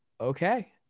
okay